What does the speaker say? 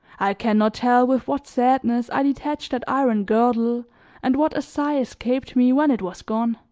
i can not tell with what sadness i detached that iron girdle and what a sigh escaped me when it was gone.